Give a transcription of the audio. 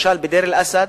בדיר-אל-אסד